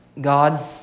God